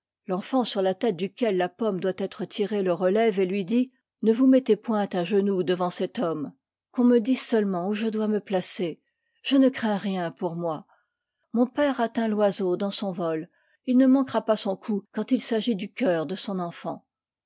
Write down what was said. t'enfant sur la tête duquel la pomme doit être tirée le relève et lui dit ne vous mettez point à genoux devant cet homme qu'on me dise seulement où je dois me placer je ne crains rien pour moi mon père atteint l'oiseau dans sôn vol il ne manquera pas son coup quand il s'agit du cœur de son enfant